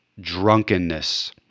drunkenness